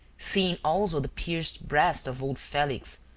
seeing also the pierced breast of old felix,